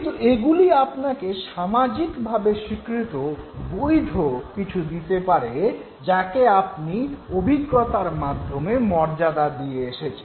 কিন্তু এগুলি আপনাকে সামাজিক ভাবে স্বীকৃত বৈধ কিছু দিতে পারে যাকে আপনি অভিজ্ঞতার মাধ্যমে মর্যাদা দিয়ে এসেছেন